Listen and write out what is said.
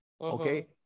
Okay